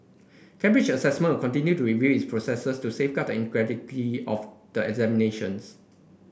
Cambridge Assessment continue to review its processes to safeguard integrity of the examinations